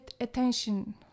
attention